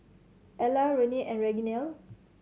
Ella Renae and Reginald